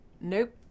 Nope